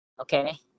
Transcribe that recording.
Okay